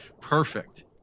Perfect